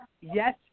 Yes